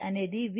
అనేది v ϕ